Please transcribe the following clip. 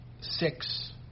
six